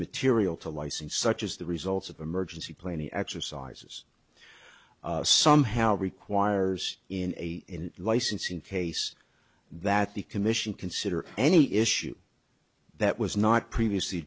material to license such as the results of emergency plenty exercises somehow requires in a licensing case that the commission consider any issue that was not previously